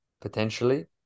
potentially